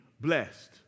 blessed